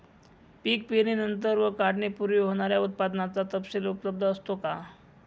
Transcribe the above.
पीक पेरणीनंतर व काढणीपूर्वी होणाऱ्या उत्पादनाचा तपशील उपलब्ध असतो का?